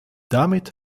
damit